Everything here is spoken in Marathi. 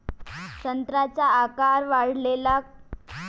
संत्र्याचा आकार वाढवाले कोणतं खत वापराव?